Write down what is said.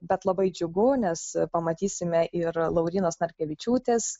bet labai džiugu nes pamatysime ir laurynos narkevičiūtės